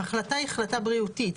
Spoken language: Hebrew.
ההחלטה היא החלטה בריאותית.